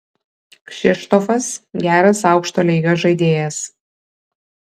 kšištofas geras aukšto lygio žaidėjas